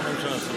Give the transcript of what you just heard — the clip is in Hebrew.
מה זה עוד שאלה?